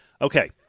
Okay